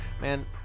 man